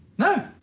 No